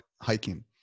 hiking